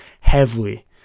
heavily